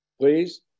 please